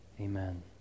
Amen